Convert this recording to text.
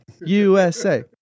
USA